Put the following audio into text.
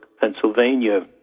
Pennsylvania